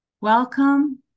Welcome